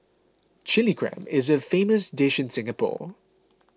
Chilli Crab is a famous dish in Singapore